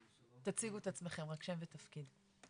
תציגו את עצמכם רק, שם ותפקיד.